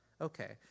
Okay